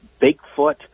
Bigfoot